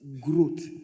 growth